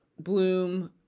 bloom